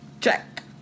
check